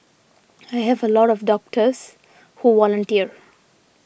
I have a lot of doctors who volunteer